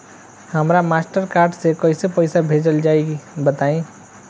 हमरा Mastercard से कइसे पईसा भेजल जाई बताई?